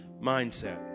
mindset